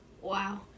Wow